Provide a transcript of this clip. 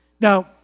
Now